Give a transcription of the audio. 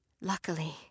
Luckily